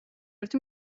ერთი